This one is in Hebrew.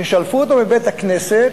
כששלפו אותו מבית-הכנסת,